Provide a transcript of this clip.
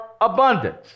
Abundance